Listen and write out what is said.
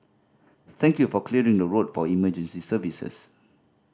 thank you for clearing the road for emergency services